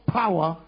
power